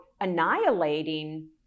annihilating